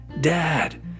Dad